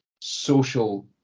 social